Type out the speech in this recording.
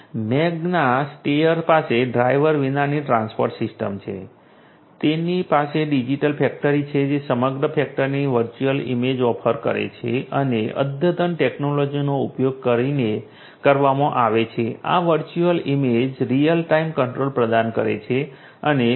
Magna Steyr પાસે driver વિનાની transport system છે તેમની પાસે ડિજિટલ ફેક્ટરી છે જે સમગ્ર ફેક્ટરીની વર્ચ્યુઅલ ઈમેજ ઓફર કરે છે અને તે અદ્યતન ટેક્નોલોજીનો ઉપયોગ કરીને કરવામાં આવે છે આ virtual image real time control પ્રદાન કરે છે અને વિસંગતતા શોધી કાઢે છે